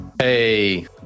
Hey